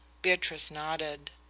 beatrice nodded.